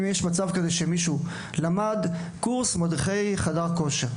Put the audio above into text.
אם יש מצב שבו מישהו למד קורס מדריכי חדר כושר,